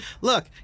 look